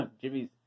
Jimmy's